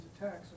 attacks